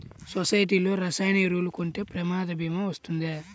సొసైటీలో రసాయన ఎరువులు కొంటే ప్రమాద భీమా వస్తుందా?